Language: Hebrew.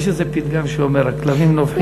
יש איזה פתגם שאומר: הכלבים נובחים והשיירה עוברת.